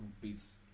beats